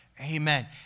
amen